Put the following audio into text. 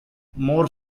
more